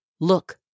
Look